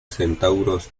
centauros